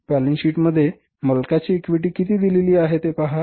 balance sheet मध्ये मालकाची equity किती दिलेली आहे ते पहा